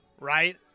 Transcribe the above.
right –